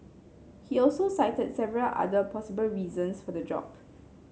he also cited several other possible reasons for the drop